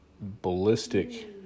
ballistic